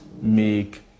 make